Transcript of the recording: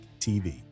tv